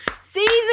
Season